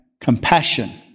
compassion